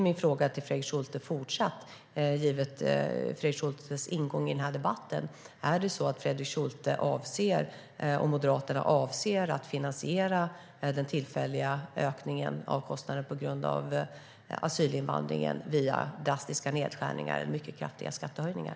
Givet Fredrik Schultes ingång i debatten undrar jag om Fredrik Schulte och Moderaterna avser att finansiera den tillfälliga ökningen av kostnaderna på grund av asylinvandringen via drastiska nedskärningar eller mycket kraftiga skattehöjningar.